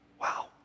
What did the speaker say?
Wow